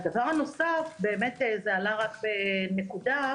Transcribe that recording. בנוסף, וזה עלה בנקודה,